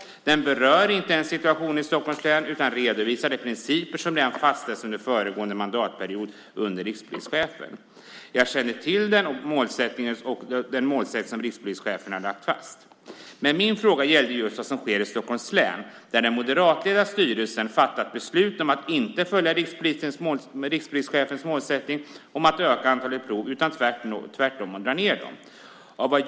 Interpellationssvaret berör inte ens situationen i Stockholms län utan redovisar de principer som redan fastställdes under föregående mandatperiod under rikspolischefen. Jag känner till den och den målsättning som rikspolischefen har lagt fast. Min fråga gällde vad som sker i Stockholms län där den moderatledda styrelsen har fattat beslut om att inte följa rikspolischefens målsättning om att öka antalet prov, utan tvärtom dra ned på dem.